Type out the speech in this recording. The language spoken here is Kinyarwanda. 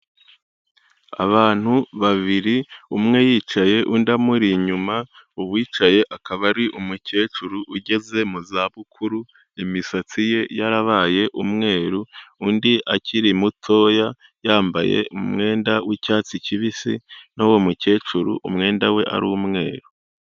Abantu babiri umwe yicaye undi amuri inyuma, uwicaye akaba ari umukecuru ugeze mu zabukuru, imisatsi ye yarabaye umweru, undi akiri mutoya yambaye umwenda w'icyatsi kibisi n'uwo mukecuru umwenda we ari umweru.